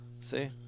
See